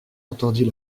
entendit